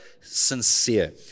sincere